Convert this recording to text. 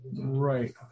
Right